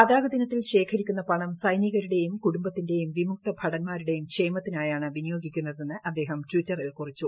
പതാക ദിനത്തിൽ ശേഖരിക്കുന്ന പണം സൈനികരുടെയും കൂടുംബത്തിന്റെയും വിമുക്തഭടൻമാരുടെയും ക്ഷേമത്തിനായാണ് വിനിയോഗിക്കുന്നതെന്ന് അദ്ദേഹം ടവിറ്ററിൽ കുറിച്ചു